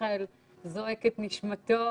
אנחנו רוצים לעבוד ואנחנו רוצים לעזור ולטפל.